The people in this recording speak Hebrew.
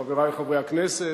חברי חברי הכנסת,